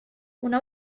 una